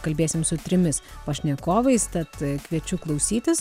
kalbėsim su trimis pašnekovais tad kviečiu klausytis